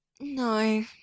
No